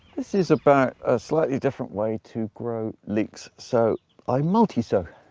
this is about a slightly different way to grow leeks. so i multi-sow.